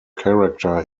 character